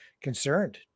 concerned